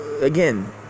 again